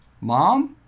mom